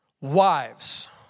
Wives